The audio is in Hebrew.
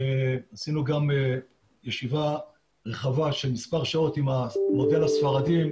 עשינו גם ישיבה רחבה של מספר שעות עם המודל הספרדי,